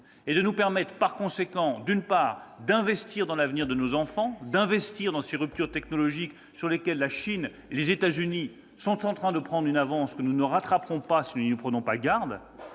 Ils nous permettent d'investir dans l'avenir de nos enfants et dans les ruptures technologiques, sur lesquelles la Chine et les États-Unis sont en train de prendre une avance que nous ne rattraperons pas, si nous n'y prenons pas garde.